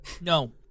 no